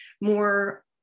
more